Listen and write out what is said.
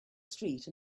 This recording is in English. street